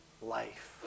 life